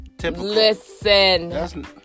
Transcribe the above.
listen